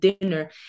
dinner